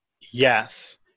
yes